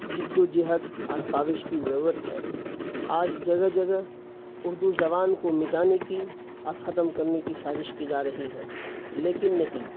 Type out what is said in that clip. جد و جہد اور کاوش کی ضرورت ہے آج جگہ جگہ اردو زبان کو مٹانے کی اور ختم کرنے کی سازش کی جا رہی ہے لیکن نہیں